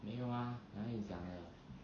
没有啊哪里有讲 leh